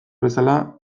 bezala